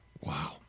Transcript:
Wow